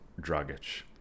Dragic